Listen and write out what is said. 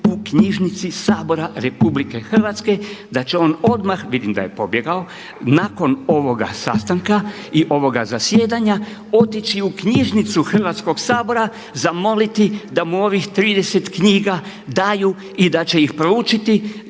u knjižnici Sabora Republike Hrvatske da će on odmah, vidim da je pobjegao, nakon ovoga zastanka i ovoga zasjedanja otići u knjižnicu Hrvatskog sabora, zamoliti da mu ovih 30 knjiga daju i da će ih proučiti.